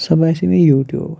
سُہ باسے مےٚ یوٗٹیوٗب